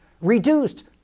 reduced